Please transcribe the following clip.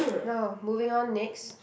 no moving on next